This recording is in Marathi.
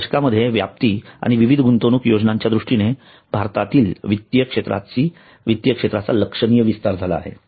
गेल्या दशकामध्ये व्याप्ती आणि विविध गुंतवणूक योजनांच्या दृष्टीने भारतीय वित्तीय क्षेत्राचा लक्षणीय विस्तार झाला आहे